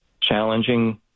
challenging